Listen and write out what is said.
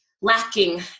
lacking